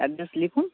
address লিখুন